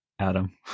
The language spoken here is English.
Adam